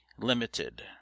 limited